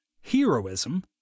Heroism